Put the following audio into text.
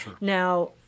Now